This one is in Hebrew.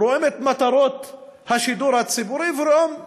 רואים את מטרות השידור הציבורי ורואים במפורש: